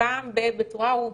פעם ב- בצורה רוטינית.